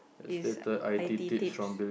is i_t tips